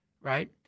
right